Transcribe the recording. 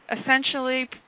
essentially